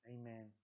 Amen